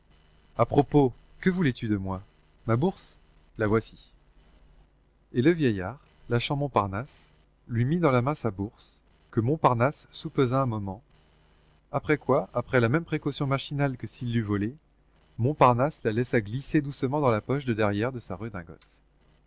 à propos que voulais-tu de moi ma bourse la voici et le vieillard lâchant montparnasse lui mit dans la main sa bourse que montparnasse soupesa un moment après quoi avec la même précaution machinale que s'il l'eût volée montparnasse la laissa glisser doucement dans la poche de derrière de sa redingote